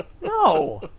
No